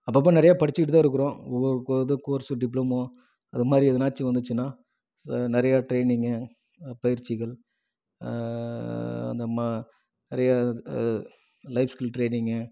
அப்போ அப்போ நிறைய படித்திட்டு தான் இருக்கிறோம் ஒவ்வொரு கோ இது கோர்ஸு டிப்ளமோ அதை மாதிரி எதனாச்சும் வந்துச்சுனால் நிறையா ட்ரெய்னிங்கு பயிற்சிகள் அந்த மா நிறைய லைஃப் ஸ்கில் ட்ரெய்னிங்கு